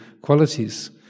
qualities